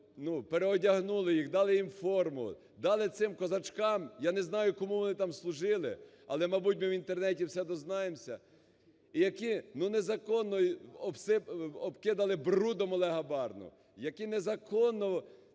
ну, переодягнули їх, дали їм форму, дали цим козачкам, я не знаю, кому вони там служили, але, мабуть, ми в Інтернеті всі дізнаємося, які, ну, незаконно обкидали брудом Олега Барну, які незаконно